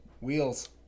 wheels